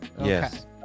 Yes